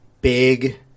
big